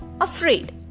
afraid